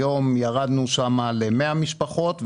היום ירדנו שם ל-100 משפחות.